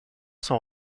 sont